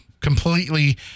completely